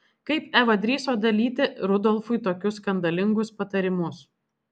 kaip eva drįso dalyti rudolfui tokius skandalingus patarimus